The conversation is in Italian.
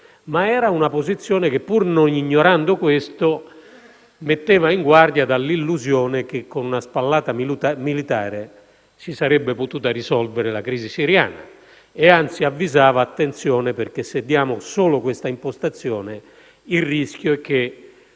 era una posizione che, pur non ignorando tutto questo, metteva in guardia dall'illusione che, con una spallata militare, si sarebbe potuta risolvere la crisi siriana e anzi avvisava che, solo con questa impostazione, c'era il rischio che,